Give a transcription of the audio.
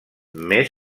més